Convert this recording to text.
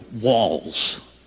walls